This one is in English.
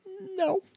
no